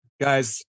Guys